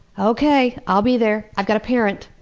okay, i'll be there. i've got to parent.